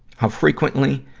how frequently,